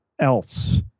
else